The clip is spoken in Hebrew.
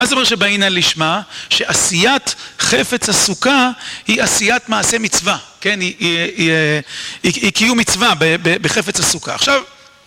מה זה אומר שבהנה לשמה? שעשיית חפץ הסוכה היא עשיית מעשה מצווה. כן, היא... אה... היא... היא קיום מצווה בחפץ הסוכה. עכשיו...